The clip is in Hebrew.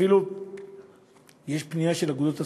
אפילו יש פנייה של אגודות הסטודנטים,